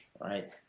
right